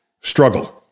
struggle